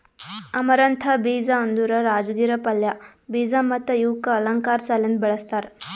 amaranth ಬೀಜ ಅಂದುರ್ ರಾಜಗಿರಾ ಪಲ್ಯ, ಬೀಜ ಮತ್ತ ಇವುಕ್ ಅಲಂಕಾರ್ ಸಲೆಂದ್ ಬೆಳಸ್ತಾರ್